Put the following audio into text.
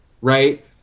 right